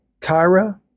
Kyra